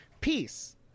Peace